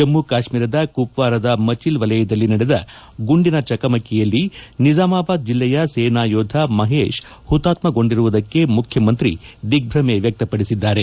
ಜಮ್ಮು ಕಾಶ್ಮೀರದ ಕುಪ್ವಾರದ ಮಚಿಲ್ ವಲಯದಲ್ಲಿ ನಡೆದ ಗುಂಡಿನ ಚಕಮಕಿಯಲ್ಲಿ ನಿಜಾಮಾಬಾದ್ ಜಿಲ್ಲೆಯ ಸೇನಾ ಯೋಧ ಮಹೇಶ್ ಹುತಾತ್ಮೆಗೊಂಡಿರುವುದಕ್ಕೆ ಮುಖ್ಯಮಂತ್ರಿ ದಿಗ್ಗುಮೆ ವ್ಯಕ್ತಪಡಿಸಿದ್ದಾರೆ